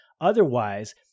Otherwise